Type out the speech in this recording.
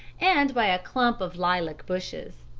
and by a clump of lilac bushes.